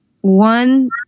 one